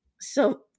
So-